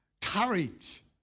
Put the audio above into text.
courage